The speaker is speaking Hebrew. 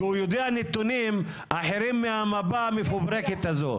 כי הוא יודע נתונים אחרים מהמפה המפוברקת הזאת,